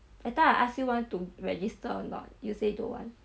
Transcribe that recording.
I thought I ask you want to register or not you say don't want